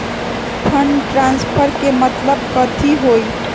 Fund transfer के मतलब कथी होई?